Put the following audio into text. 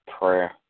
prayer